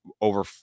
over